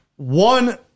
One